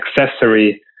accessory